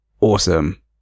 Awesome